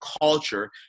culture